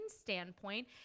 standpoint